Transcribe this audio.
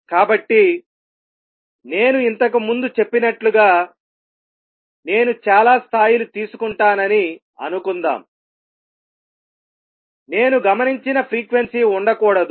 కాబట్టి నేను ఇంతకుముందు చెప్పినట్లుగా నేను చాలా స్థాయిలు తీసుకుంటానని అనుకుందాం నేను గమనించిన ఫ్రీక్వెన్సీ ఉండకూడదు